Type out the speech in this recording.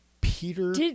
Peter